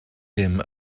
him